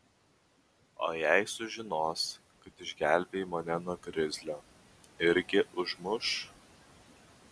o jei sužinos kad išgelbėjai mane nuo grizlio irgi užmuš